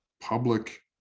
public